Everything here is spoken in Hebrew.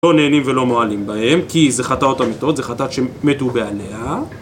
לא נהנים ולא מועלים בהם, כי זו חטאות אמיתות, זו חטאת שמתו בעליה.